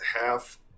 half